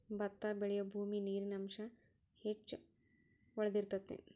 ಬತ್ತಾ ಬೆಳಿಯುಬೂಮಿ ನೇರಿನ ಅಂಶಾ ಹೆಚ್ಚ ಹೊಳದಿರತೆತಿ